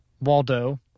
Waldo